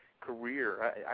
Career